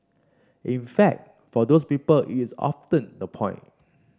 in fact for those people it is often the point